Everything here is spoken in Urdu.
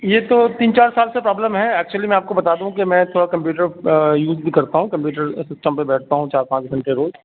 یہ تو تین چار سال سے پرابلم ہے ایکچولی میں آپ کو بتا دوں کہ میں تھوڑا کمپیوٹر بھی کرتا ہوں کمپیوٹر سسٹم پہ بیٹھتا ہوں چار پانچ گھنٹے روز